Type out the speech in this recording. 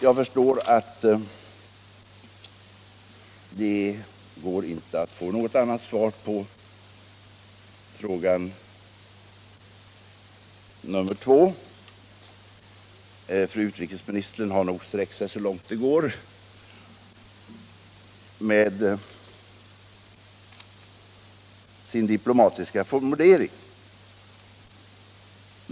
Jag förstår att det inte går att få något annat svar på fråga nr 2. Fru utrikesministern har nog sträckt sig så långt det går med sin diplomatiska formulering.